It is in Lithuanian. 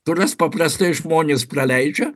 kurias paprastai žmonės praleidžia